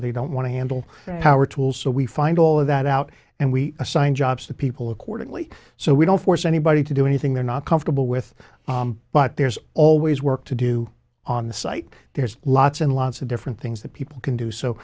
of they don't want to handle power tools so we find all of that out and we assign jobs to people accordingly so we don't force anybody to do anything they're not comfortable with but there's always work to do on the site there's lots and lots of different things that people can do so